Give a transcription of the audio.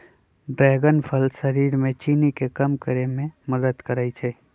dragon फल शरीर में चीनी के कम करे में मदद करई छई